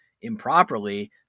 improperly